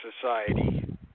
Society